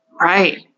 Right